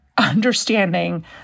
understanding